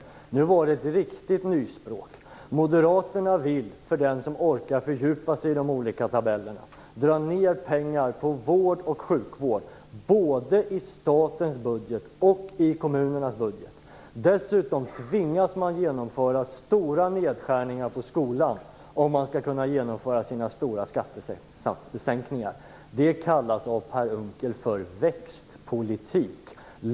Nu var det riktigt nyspråk. Moderaterna vill - den som orkar fördjupa sig i de olika tabellerna kan se det - dra ned pengar på vård och sjukvård både i statens budget och i kommunernas budget. Dessutom tvingas man genomföra stora nedskärningar för skolan om man skall kunna genomföra sina stora skattesänkningar. Det kallas av Per Unckel för växtpolitik.